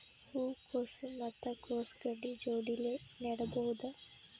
ಹೂ ಕೊಸು ಮತ್ ಕೊಸ ಗಡ್ಡಿ ಜೋಡಿಲ್ಲೆ ನೇಡಬಹ್ದ?